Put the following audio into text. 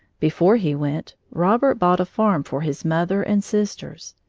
before he went, robert bought a farm for his mother and sisters.